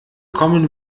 kommen